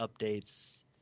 updates